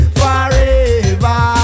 forever